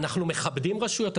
אנחנו מכבדים רשויות,